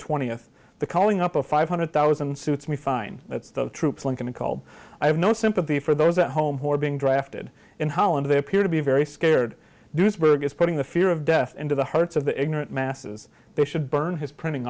twentieth the calling up of five hundred thousand suits me fine that's the troops one can call i have no sympathy for those at home who are being drafted in holland they appear to be very scared duisburg is putting the fear of death into the hearts of the ignorant masses they should burn his printing